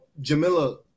Jamila